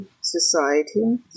society